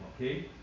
okay